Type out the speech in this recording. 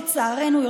לצערנו,